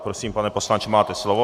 Prosím, pane poslanče, máte slovo.